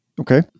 Okay